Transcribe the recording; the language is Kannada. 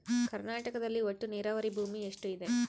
ಕರ್ನಾಟಕದಲ್ಲಿ ಒಟ್ಟು ನೇರಾವರಿ ಭೂಮಿ ಎಷ್ಟು ಇದೆ?